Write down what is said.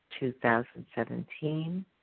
2017